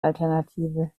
alternative